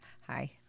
Hi